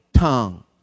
tongue